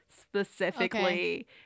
specifically